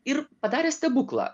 ir padarė stebuklą